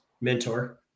mentor